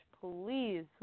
Please